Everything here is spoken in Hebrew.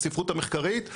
בספרות המחקרית,